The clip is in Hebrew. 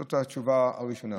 זאת התשובה הראשונה.